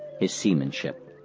his seamanship.